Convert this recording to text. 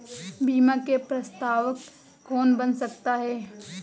बीमा में प्रस्तावक कौन बन सकता है?